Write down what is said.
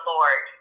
Lord